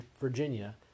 Virginia